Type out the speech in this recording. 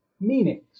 meanings